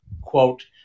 quote